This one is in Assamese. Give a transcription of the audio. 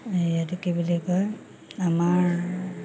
এইটো কি বুলি কয় আমাৰ